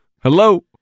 Hello